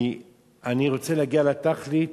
כי אני רוצה להגיע לתכלית,